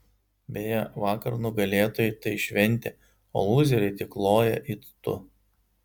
beje vakar nugalėtojai tai šventė o lūzeriai tik loja it tu